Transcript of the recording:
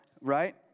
right